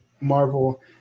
Marvel